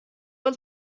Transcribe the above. uns